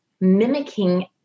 mimicking